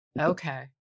Okay